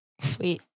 Sweet